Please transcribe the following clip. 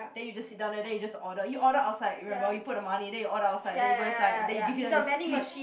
then you just sit down there then you just order you order outside you remember you put the money then you order outside then you go inside then they give you the slip